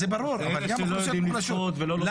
אלה שלא יודעים לשחות ולא לומדים לשחות.